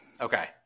Okay